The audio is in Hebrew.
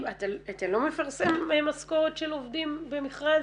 אתה לא מפרסם משכורת של עובדים במכרז?